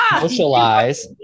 socialize